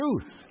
truth